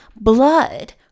blood